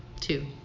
two